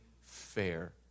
fair